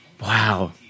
wow